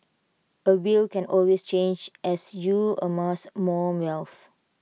A will can always change as you amass more wealth